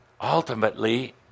ultimately